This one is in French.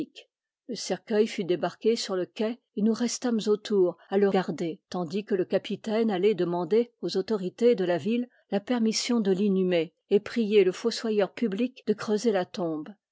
le cercueil fut débarqué sur le quai et nous restâmes autour à le garder tandis que le capitaine allait demander aux autorités de la ville la permission de l'inhumer et prier le fossoyeur public de creuser la tombe